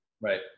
Right